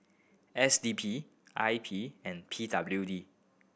S D P I P and P W D